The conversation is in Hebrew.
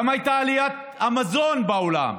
כמה הייתה עליית המזון בעולם?